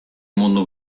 mundu